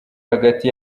hagati